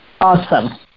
awesome